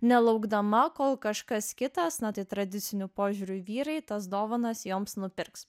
nelaukdama kol kažkas kitas na tai tradiciniu požiūriu vyrai tas dovanas joms nupirks